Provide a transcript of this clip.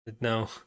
No